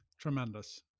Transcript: Tremendous